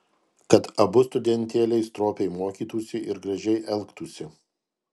kad abu studentėliai stropiai mokytųsi ir gražiai elgtųsi